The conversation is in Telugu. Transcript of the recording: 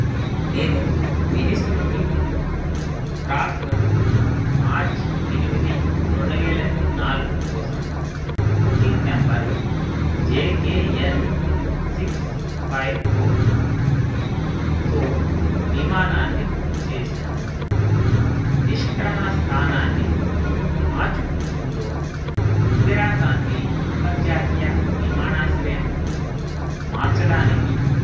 నేను వెనిస్ నుండి ప్రాగ్ వరకు మార్చ్ ఎనిమిది రెండు వేల నాలుగు కోసం booking number J K L six five ఫోర్తో విమానాన్ని బుక్ చేశాను నిష్క్రమణ స్థానాన్ని మాచు పిచ్చులో ఇందిరా గాంధీ అంతర్జాతీయ విమానాశ్రయంకు మార్చడానికి